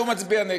והוא מצביע נגד.